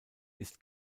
ist